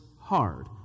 hard